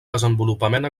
desenvolupament